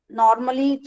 normally